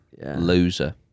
loser